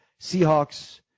Seahawks